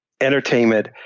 entertainment